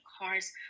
cars